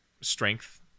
strength